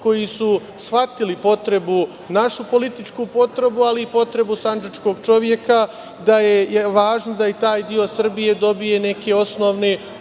koji su shvatili našu političku potrebu, ali i potrebu sandžačkog čoveka da je važno da i taj deo Srbije dobije neke osnovne